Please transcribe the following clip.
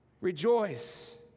Rejoice